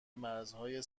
مرزهای